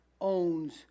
owns